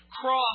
cross